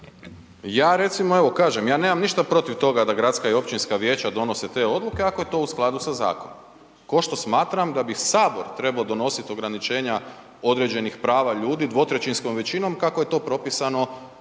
Ja recimo evo kažem, ja nemam ništa protiv toga da gradska i općinska vijeća donose odluke ako je to u skladu sa zakonom. Košto smatram da bi sabor trebo donosit ograničenja određenih prava ljudi dvotrećinskom većinom, kako je to propisano